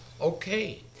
okay